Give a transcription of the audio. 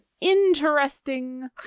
interesting